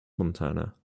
montana